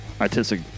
Artistic